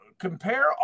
Compare